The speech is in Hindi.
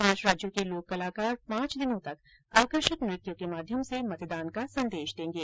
पांच राज्यों के लोक कलाकार पांच दिनों तक आकर्षक नृत्यों के माध्यम से मतदान का संदेश देंगे